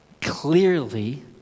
clearly